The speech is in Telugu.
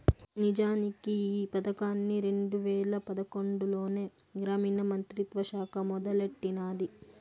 నిజానికి ఈ పదకాన్ని రెండు వేల పదకొండులోనే గ్రామీణ మంత్రిత్వ శాఖ మొదలెట్టినాది